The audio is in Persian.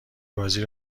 بازی